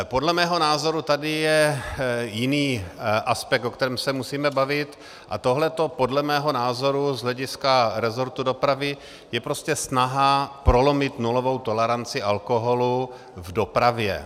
Podle mého názoru tady je jiný aspekt, o kterém se musíme bavit, a tohle podle mého názoru z hlediska resortu dopravy je prostě snaha prolomit nulovou toleranci alkoholu v dopravě.